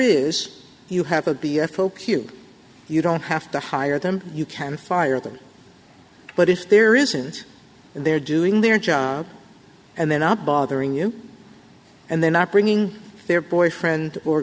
is you have a b f o q you don't have to hire them you can fire them but if there isn't and they're doing their job and they're not bothering you and they're not bringing their boyfriend or